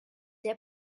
der